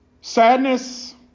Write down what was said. Sadness